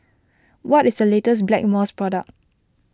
what is the latest Blackmores product